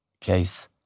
case